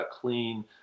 clean